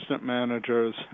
managers